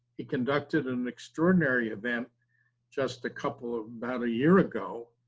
he conducted an extraordinary event just a couple, about a year ago,